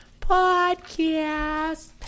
podcast